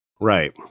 Right